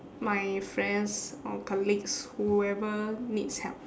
my friends or colleagues whoever needs help